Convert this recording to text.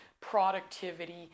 productivity